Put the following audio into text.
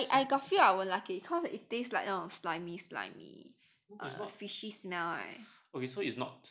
I I got feel I will like it cause it tastes like 那种 slimy slimy err fishy smell right